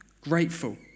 grateful